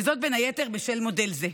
וזאת בין היתר בשל מודל זה.